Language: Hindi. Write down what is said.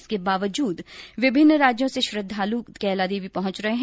इसके बावजूद विभिन्न राज्यों से श्रद्धालू कैलादेवी पहुंच रहे हैं